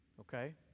Okay